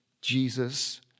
Jesus